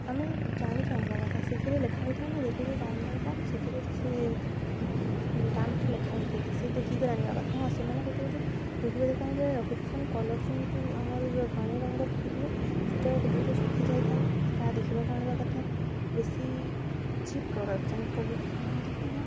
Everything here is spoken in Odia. ଆମେ ଜାଣିକି ଆଣିବା କଥା ସେଥିରେ ଲେଖା ହୋଇଥାଏ ନା ଯେତିରେ ଦାମ୍ ଦରକାର ସେଥିରେ ସେ ଦାମ୍ଟି ଲେଖା ହୋଇଥାଏ ସେ ଦେଖିକରି ଆଣିବା କଥା ହଁ ସେମାନେ ଗୋଟେ ଗୋଟେ ବହି ଦୋକାନରେ ରଖିଥିସନ୍ କଲର୍ ଯେମିତି ଆମର ପାଣି ରଙ୍ଗ ରଖିବେ ସେଇଟା ଗୋଟେ ଗୋଟେ ଶୁଖି ଯାଇଥାଏ ତାହା ଦେଖିବାକୁ ଆଣିବା କଥା ବେଶୀ ଚିପ୍ ପ୍ରଡ଼କ୍ଟ ଯେନ୍ କୁହନ୍ତିକି ଆମ